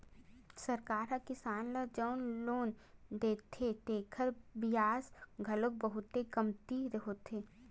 सरकार ह किसान ल जउन लोन देथे तेखर बियाज घलो बहुते कमती होथे